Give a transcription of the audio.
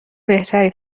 بهتری